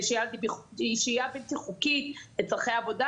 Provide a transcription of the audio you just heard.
שהייה בלתי חוקית לצרכי עבודה,